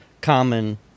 common